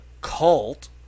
cult